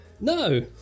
No